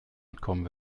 mitkommen